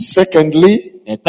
secondly